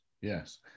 yes